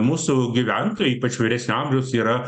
mūsų gyventojai ypač vyresnio amžiaus yra